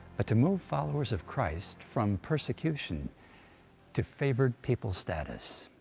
to move followers of christ from persecution to favored people status.